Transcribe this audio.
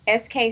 SK